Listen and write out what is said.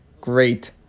Great